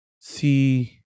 see